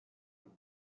with